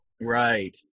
Right